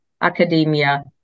academia